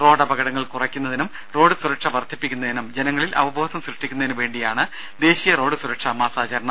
road അപകടങ്ങൾ കുറയ്ക്കുന്നതിനും road സുരക്ഷ വർദ്ധിപ്പിക്കുന്നതിനും ജനങ്ങളിൽ അവബോധം സൃഷ്ടിക്കുന്നതിന് വേണ്ടിയാണ് ദേശീയ റോഡ് സുരക്ഷ മാസാചരണം